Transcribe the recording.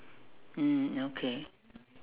mm okay